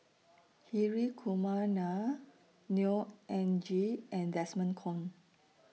Hri Kumar Nair Neo Anngee and Desmond Kon